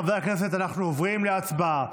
חברי הכנסת, אנחנו עוברים להצבעה.